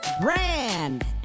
Brand